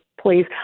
please